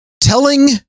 Telling